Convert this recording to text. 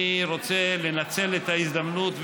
אני רוצה לנצל את ההזדמנות,